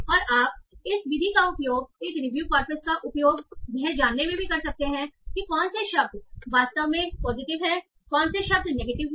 और आप इस विधि का उपयोग एक रिव्यू कॉर्पस का उपयोग यह जानने में भी कर सकते हैं कि कौन से शब्द वास्तव में पॉजिटिव हैं कौन से शब्द नेगेटिव हैं